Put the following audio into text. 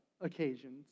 occasions